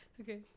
Okay